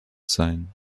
sein